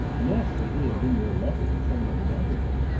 yes, if he had been your lover and someone wanted them!